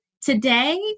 today